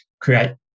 create